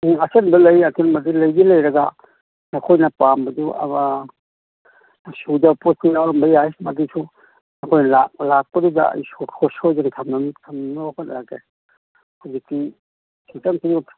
ꯎꯝ ꯑꯆꯟꯕ ꯂꯩ ꯑꯆꯟꯕꯗꯤ ꯂꯩꯗꯤ ꯂꯩꯔꯒ ꯅꯈꯣꯏꯅ ꯄꯥꯝꯕꯗꯨ ꯁꯨꯗ ꯄꯣꯠꯁꯨ ꯌꯥꯎꯔꯝꯕ ꯌꯥꯏ ꯃꯗꯨꯁꯨ ꯑꯩꯈꯣꯏꯅ ꯂꯥꯛꯄꯗꯨꯗ ꯁꯣꯏꯗꯅ ꯊꯝꯅꯕ ꯍꯣꯠꯅꯔꯒꯦ ꯍꯧꯖꯤꯛꯇꯤ ꯈꯤꯇꯪ ꯈꯨꯌꯧ